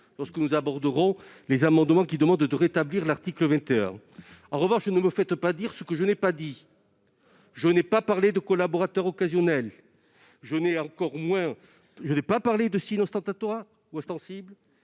lorsque nous aborderons les amendements visant à rétablir l'article 21. En revanche, ne me faites pas dire ce que je n'ai pas dit. Je n'ai pas parlé de collaborateurs occasionnels ni de signes ostentatoires ou ostensibles.